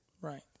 Right